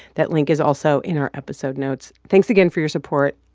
that link is also in our episode notes. thanks again for your support.